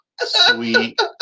sweet